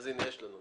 הכול נשאר.